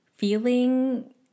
feeling